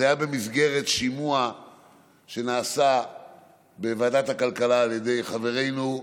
זה היה במסגרת שימוע שנעשה בוועדת הכלכלה על ידי חברנו,